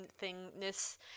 thingness